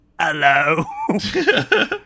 Hello